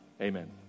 Amen